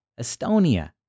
Estonia